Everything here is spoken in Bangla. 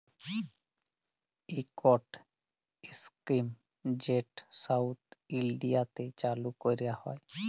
ইকট ইস্কিম যেট সাউথ ইলডিয়াতে চালু ক্যরা হ্যয়